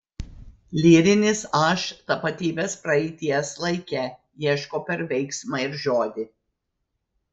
lyrinis aš tapatybės praeities laike ieško per veiksmą ir žodį